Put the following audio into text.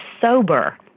sober